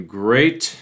great